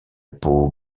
peau